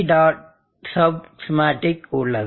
sub schematic உள்ளது